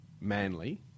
Manly